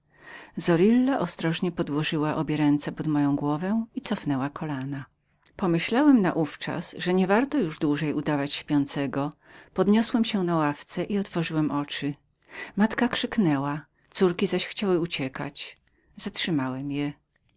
domu zoriliazorilla ostrożnie podłożyła obie ręce pod moją głowę i cofnęła kolana pomyślałem na ówczas że nienależało już dłużej udawać śpiącego podniosłem się na ławce i otworzyłem oczy matka krzyknęła córki zaś chciały uciekać zatrzymałem je